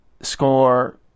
score